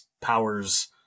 powers